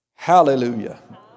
Hallelujah